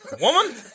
Woman